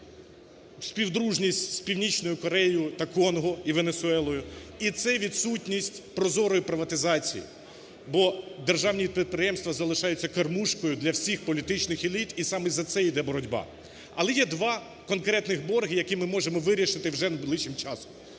співдружність із Північною Кореєю та Конго, і Венесуелою, і це відсутність прозорої приватизації. Бо державні підприємства залишаються кормушкою для всіх політичних еліт, і саме за це йде боротьба. Але є два конкретних борги, які ми можемо вирішити вже найближчим часом.